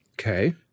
Okay